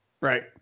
Right